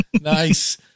Nice